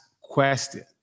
question